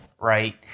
Right